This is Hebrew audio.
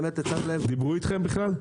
דיברו איתכם בכלל?